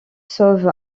sauve